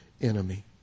enemy